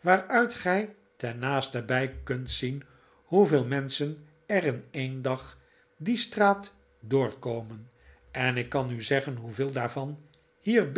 waaruit gij ten naastenbij kunt zien hoeveel menschen er in een dag die straat doorkomen en ik kan u zeggen hoeveel daarvan hier